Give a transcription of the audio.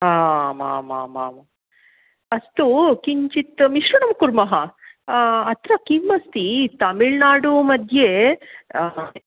आम् आमामाम् अस्तु किञ्चित् मिश्रणं कुर्मः अत्र किम् अस्ति तमिळ्नाडु मध्ये